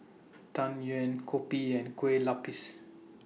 Tang Yuen Kopi and Kueh Lapis